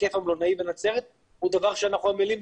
היקף המלונות בנצרת זה דבר שאנחנו עמלים עליו.